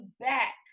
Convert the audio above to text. back